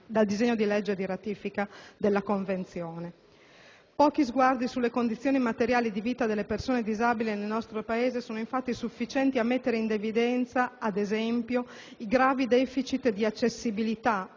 dal disegno di legge di ratifica in esame. Pochi sguardi sulle condizioni materiali di vita delle persone disabili nel nostro Paese sono sufficienti a mettere in evidenza, ad esempio, i gravi deficit di accessibilità